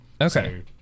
Okay